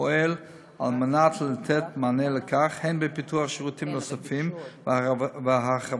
פועל לתת מענה על כך הן בפיתוח שירותים נוספים והרחבתם